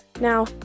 Now